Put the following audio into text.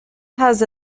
has